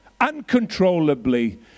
uncontrollably